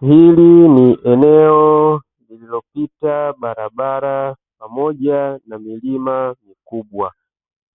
Hili ni eneo lililopita barabara pamoja na milima mikubwa.